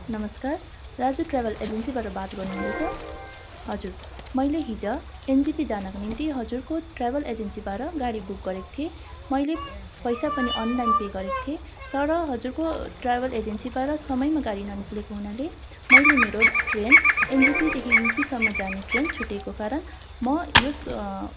नमस्कार राजु ट्रेभल एजेन्सीबाट बात गर्नुहुँदैछ हजुर मैले हिजो एनजेपी जानको निम्ति हजुरको ट्रेभल एजेन्सीबाट गाडी बुक गरेको थिएँ मैले पैसा पनि अनलाइन पे गरेको थिएँ तर हजुरको ट्रेभल एजेन्सीबाट समयमा गाडी ननिक्लेको हुनाले मैले मेरो ट्रेन एनजेपीदेखि युपीसम्म जाने ट्रेन छुटेको कारण म यस